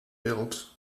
built